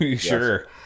Sure